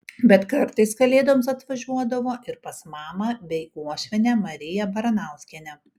bet kartais kalėdoms atvažiuodavo ir pas mamą bei uošvienę mariją baranauskienę